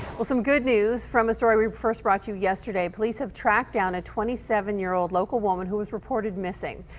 some good news from a story we first brought you yesterday police have tracked down a twenty seven year-old local woman who was reported missing.